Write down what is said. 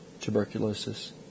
tuberculosis